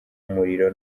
umuriro